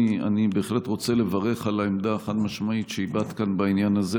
אני בהחלט רוצה לברך על העמדה החד-משמעית שהבעת כאן בעניין הזה.